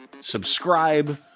subscribe